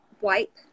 wipe